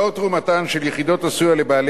לאור תרומתן של יחידות הסיוע לבעלי